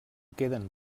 queden